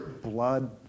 blood